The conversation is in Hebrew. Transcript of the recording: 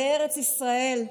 בארץ ישראל,